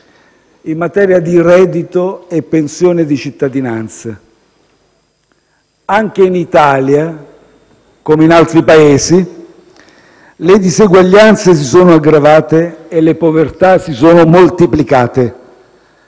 In materia di reddito e pensione di cittadinanza, anche in Italia, come in altri Paesi, le diseguaglianze si sono aggravate e le povertà si sono moltiplicate.